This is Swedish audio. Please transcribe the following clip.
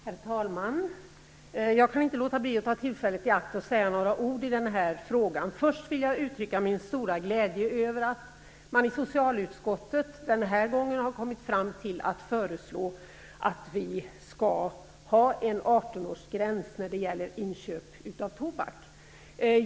Herr talman! Jag kan inte låta bli att ta tillfället i akt att säga några ord i den här frågan. Först vill jag uttrycka min stora glädje över att socialutskottet den här gången har kommit fram till ett förslag om en 18-årsgräns för inköp av tobak.